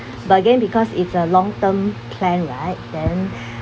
but then because it's a long term plan right then